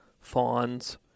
fawns